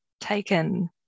taken